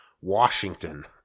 Washington